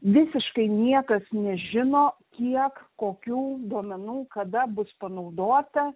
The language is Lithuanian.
visiškai niekas nežino kiek kokių duomenų kada bus panaudota